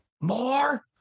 More